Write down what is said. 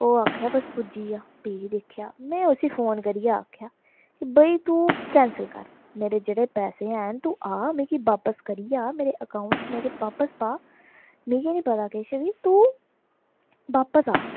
ओह् आक्खै बस पुज्जी गेआ फ्ही दिक्खेआ में उसी फोन करियै आखेआ कि भाई तूं कैंसल कर मेरे जेह्ड़े पैसै हैन तू आ मिकी बापस करी जा मेरे अकाउंट च मेरे बापस पा मिगी नेईं पता किश बी तूं बापस आ